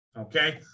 Okay